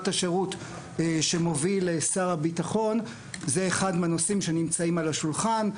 השירות שמוביל שר הביטחון זה אחד מהנושאים שנמצאים על השולחן.